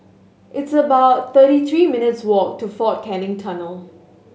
it's about thirty three minutes' walk to Fort Canning Tunnel